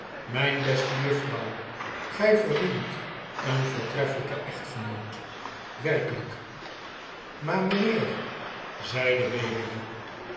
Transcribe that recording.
mijn beste juffrouw gij verdient een voortreffelijken echtgenoot werkelijk tom smart en de weduwe maar t mijnheer zei de weduwe